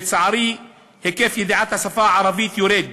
לצערי, היקף ידיעת השפה הערבית יורד.